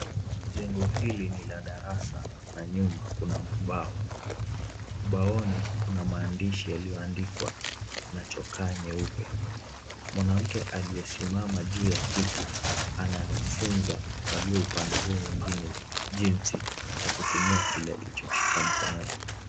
Jengo hili ni la darasa na nyuma kuna ubao, ubaoni kuna maandishi yaliyoandika na chokaa nyeupe, mwanamke aliyesimama juu ya kiti anarufunza walioupande mwingine jinsi ya kutumia kile alichokishika mkononi.